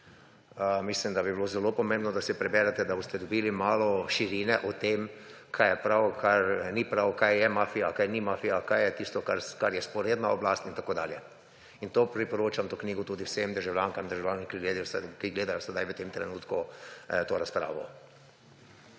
Mislim, da bi bilo zelo pomembno, da si jo preberete, da boste dobili malo širine o tem, kaj je prav, kaj ni prav, kaj je mafija, kaj ni mafija, kaj je tisto, kar je vzporedna oblast, in tako dalje. In to knjigo priporočam tudi vsem državljankam in državljanom, ki gledajo sedaj v tem trenutku to razpravo.